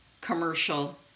commercial